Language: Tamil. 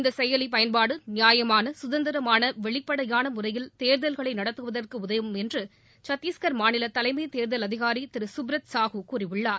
இந்த செயலி பயன்பாடு நியாயமான சுதந்திரமான வெளிப்படையான முறையில் தேர்தல்களை நடத்துவதற்கு உதவும் என்று சத்தீஷ்கர் மாநில தலைமைத் தேர்தல் அதிகாரி திரு சுப்ரத் சாகு கூறியுள்ளார்